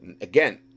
again